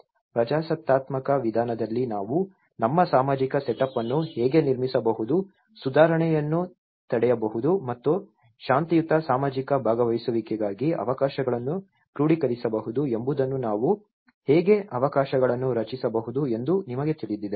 ಪ್ರಜಾಸತ್ತಾತ್ಮಕ ವಿಧಾನದಲ್ಲಿ ನಾವು ನಮ್ಮ ಸಾಮಾಜಿಕ ಸೆಟಪ್ ಅನ್ನು ಹೇಗೆ ನಿರ್ಮಿಸಬಹುದು ಸುಧಾರಣೆಯನ್ನು ತಡೆಯಬಹುದು ಮತ್ತು ಶಾಂತಿಯುತ ಸಾಮಾಜಿಕ ಭಾಗವಹಿಸುವಿಕೆಗಾಗಿ ಅವಕಾಶಗಳನ್ನು ಕ್ರೋಢೀಕರಿಸಬಹುದು ಎಂಬುದನ್ನು ನಾವು ಹೇಗೆ ಅವಕಾಶಗಳನ್ನು ರಚಿಸಬಹುದು ಎಂದು ನಿಮಗೆ ತಿಳಿದಿದೆ